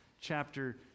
chapter